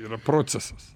yra procesas